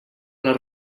les